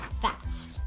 fast